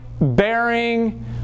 bearing